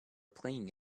playing